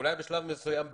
ואולי בשלב מסוים בצדק.